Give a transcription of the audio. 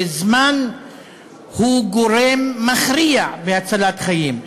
וזמן הוא גורם מכריע בהצלת חיים.